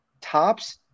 tops